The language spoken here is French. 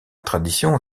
tradition